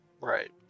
Right